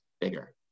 bigger